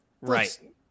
Right